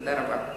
תודה רבה.